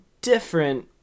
different